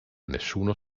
nessuno